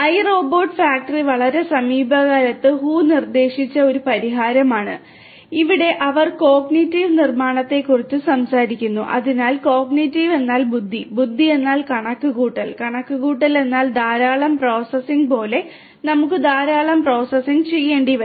iRobot എന്നാൽ ബുദ്ധി ബുദ്ധി എന്നാൽ കണക്കുകൂട്ടൽ കണക്കുകൂട്ടൽ എന്നാൽ ധാരാളം പ്രോസസ്സിംഗ് പോലെ നമുക്ക് ധാരാളം പ്രോസസ്സിംഗ് ചെയ്യേണ്ടി വരും